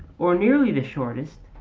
or nearly the shortest,